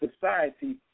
society